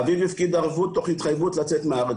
אביו הפקיד ערבות תוך התחייבות לצאת מהארץ.